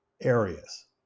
areas